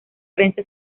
prensa